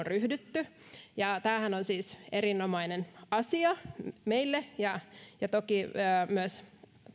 ryhdytty ja tämähän on siis erinomainen asia meille ja ja toki myös